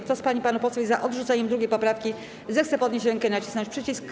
Kto z pań i panów posłów jest za odrzuceniem 2. poprawki, zechce podnieść rękę i nacisnąć przycisk.